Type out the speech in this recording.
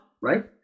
right